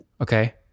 Okay